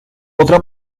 otra